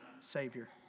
Savior